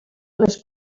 les